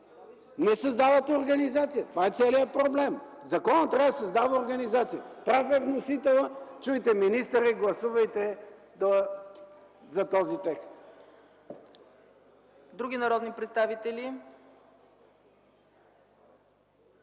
Не създавате организация. Това е целият проблем. Законът трябва да създава организация. Прав е вносителят. Чуйте министъра и гласувайте за този текст. ПРЕДСЕДАТЕЛ ЦЕЦКА ЦАЧЕВА: Други народни представители?